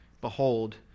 Behold